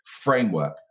framework